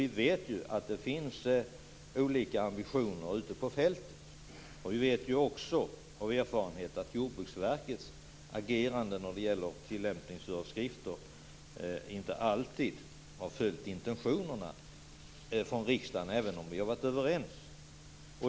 Vi vet ju att det finns olika ambitioner ute på fältet. Vi vet också av erfarenhet att Jordbruksverkets agerande när det gäller tillämpningsföreskrifter inte alltid har följt intentionerna från riksdagen även om vi har varit överens.